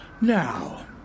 Now